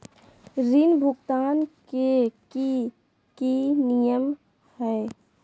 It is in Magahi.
ऋण भुगतान के की की नियम है?